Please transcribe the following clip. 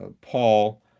Paul